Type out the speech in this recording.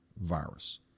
virus